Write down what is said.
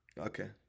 okay